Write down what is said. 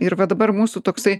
ir va dabar mūsų toksai